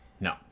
No